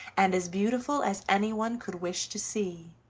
and as beautiful as anyone could wish to see.